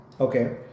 okay